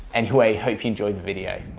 anyway hope you enjoyed the video.